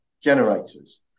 generators